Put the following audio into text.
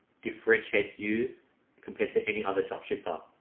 differentiates you compared to any other drop shipper.